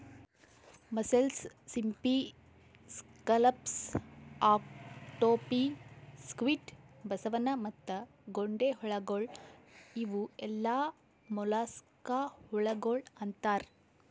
mussels, ಸಿಂಪಿ, scallops, octopi, squid, ಬಸವನ ಮತ್ತ ಗೊಂಡೆಹುಳಗೊಳ್ ಇವು ಎಲ್ಲಾ ಮೊಲಸ್ಕಾ ಹುಳಗೊಳ್ ಅಂತಾರ್